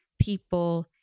people